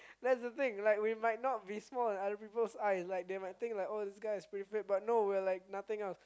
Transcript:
that's the thing like we might not be small in other people's eyes like they might think like oh this guy is pretty big but no we're like nothing else